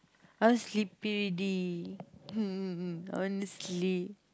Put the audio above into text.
I'll sleepy dee I want to sleep